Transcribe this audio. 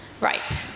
Right